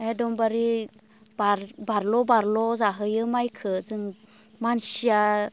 एकदमबारे बाज्ल' बाज्ल' जाहैयो माइखौ जों मानसिया